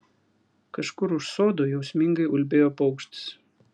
kažkur už sodo jausmingai ulbėjo paukštis